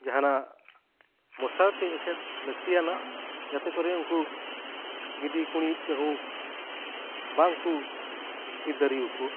ᱡᱟᱦᱟᱱᱟᱜ ᱢᱚᱥᱟᱨᱤ ᱛᱮ ᱮᱥᱮᱫ ᱞᱟᱹᱠᱛᱤᱭᱟᱱ ᱡᱟᱛ ᱠᱚᱨᱮ ᱩᱱᱠᱩ ᱜᱤᱫᱤ ᱠᱩᱲᱤᱫ ᱠᱟᱹᱦᱩ ᱵᱟᱝᱠᱚ ᱟᱹᱛᱠᱤᱨ ᱫᱟᱲᱮᱭᱟᱠᱚ